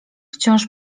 wciąż